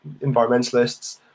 environmentalists